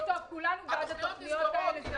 כולנו בעד התוכניות האלה.